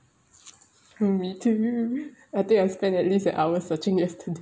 me too I think I spend at least an hour searching yesterday